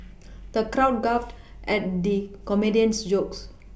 the crowd guffawed at the comedian's jokes